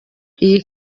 iyi